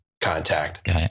contact